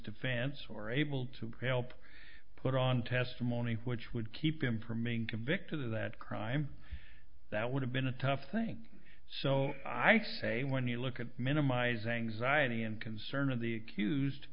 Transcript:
defense or able to help put on testimony which would keep him from being convicted of that crime that would have been a tough thing so i say when you look at minimizing zion and concern of the accused